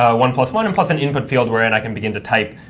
ah one plus one, and plus an input field where and i can begin to type